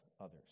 others